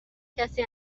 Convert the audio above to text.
کسی